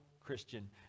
Christian